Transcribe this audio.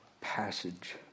passage